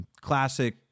classic